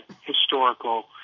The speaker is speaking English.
historical